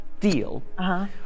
deal